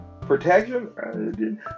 protection